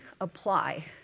apply